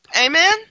Amen